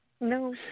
No